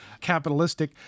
capitalistic